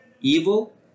evil